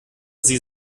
sie